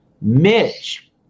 Mitch